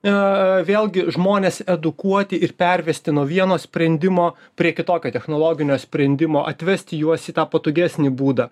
a vėlgi žmones edukuoti ir pervesti nuo vieno sprendimo prie kitokio technologinio sprendimo atvesti juos į tą patogesnį būdą